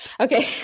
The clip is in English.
Okay